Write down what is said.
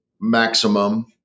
maximum